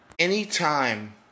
Anytime